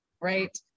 Right